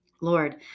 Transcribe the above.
Lord